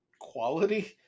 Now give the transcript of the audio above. quality